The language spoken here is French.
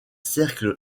cercle